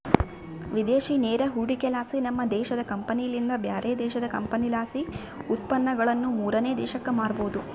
ವಿದೇಶಿ ನೇರ ಹೂಡಿಕೆಲಾಸಿ, ನಮ್ಮ ದೇಶದ ಕಂಪನಿಲಿಂದ ಬ್ಯಾರೆ ದೇಶದ ಕಂಪನಿಲಾಸಿ ಉತ್ಪನ್ನಗುಳನ್ನ ಮೂರನೇ ದೇಶಕ್ಕ ಮಾರಬೊದು